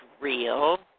real